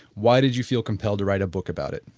why did you feel compelled to write a book about it?